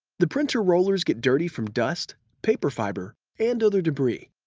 the printer rollers get dirty from dust, paper fiber, and other debris.